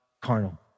carnal